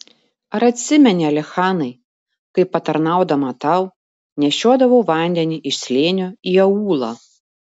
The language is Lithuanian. ar atsimeni alichanai kaip patarnaudama tau nešiodavau vandenį iš slėnio į aūlą